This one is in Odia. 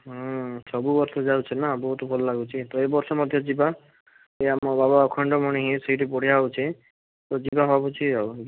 ସବୁ ବର୍ଷ ଯାଉଛି ନା ବହୁତ ଭଲ ଲାଗୁଛି ତ ଏଇ ବର୍ଷ ମଧ୍ୟ ଯିବା ଏଇ ଆମ ବାବା ଅଖଣ୍ଡମଣି ସେଇଠି ବଢ଼ିଆ ହେଉଛି ତ ଯିବା ଭାବୁଛି ଆଉ